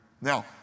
Now